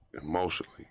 emotionally